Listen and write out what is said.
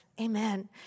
Amen